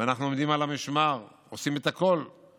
ואנחנו עומדים על המשמר, עושים את הכול כדי